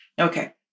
Okay